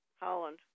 Holland